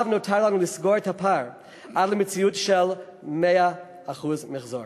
נותר לנו לסגור את הפער עד למציאות של 100% מיחזור.